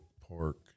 pork